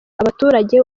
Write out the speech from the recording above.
abaturage